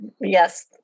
Yes